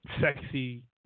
sexy